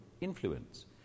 influence